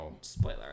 spoiler